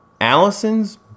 Allison's